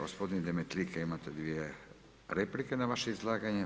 Gospodin Demetlika imate dvije replike na vaše izlaganje.